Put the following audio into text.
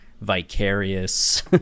vicarious